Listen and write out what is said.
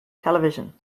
television